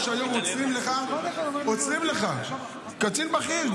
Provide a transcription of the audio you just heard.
היום עוצרים לך קצין בכיר.